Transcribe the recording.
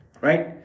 right